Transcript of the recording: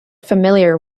familiar